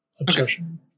obsession